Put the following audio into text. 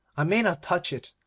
i may not touch it.